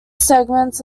segments